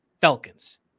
Falcons